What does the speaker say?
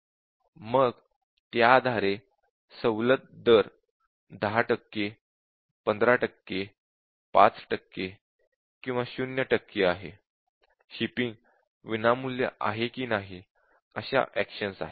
मग त्या आधारे सवलत दर 10 टक्के 15 टक्के 5 टक्के किंवा 0 टक्के आहे शिपिंग विनामूल्य आहे का नाही अशा एक्शन आहेत